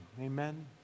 Amen